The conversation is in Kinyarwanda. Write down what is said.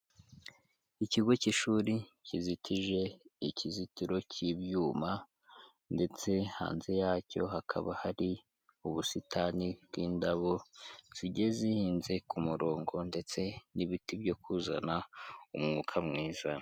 Ikigo cy'ishuri kizitije ikizitiro cy'ibyuma ndetse hanze yacyo hakaba hari ubusitani bw'indabo zigiye zihinze ku murongo ndetse n'ibiti byo kuzana umwuka mwiza.